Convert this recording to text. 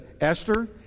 Esther